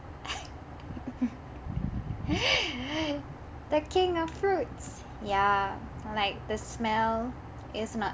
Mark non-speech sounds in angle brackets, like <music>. <laughs> the king of fruits ya like the smell is not